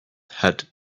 had